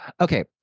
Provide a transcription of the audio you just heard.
okay